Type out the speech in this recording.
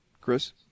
Chris